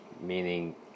Meaning